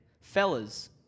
Fellas